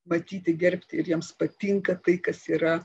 matyti gerbti ir jiems patinka tai kas yra